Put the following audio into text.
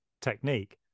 technique